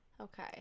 okay